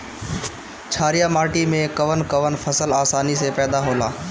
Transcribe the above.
छारिया माटी मे कवन कवन फसल आसानी से पैदा होला?